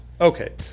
Okay